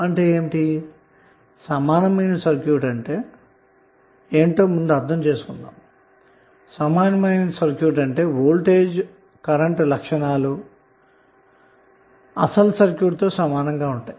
అసలుసమానమైన circuit అనగా ఏమిటో ముందుగా అర్థం చేసుకుందాం సమానమైన సర్క్యూట్ అంటే వోల్టేజ్ కరెంటు లక్షణాలు అసలు సర్క్యూట్తో సమానంగా ఉంటాయి